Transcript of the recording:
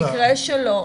במקרה שלו,